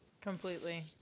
completely